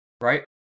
right